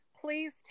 please